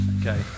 Okay